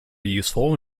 useful